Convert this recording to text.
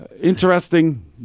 interesting